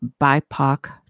BIPOC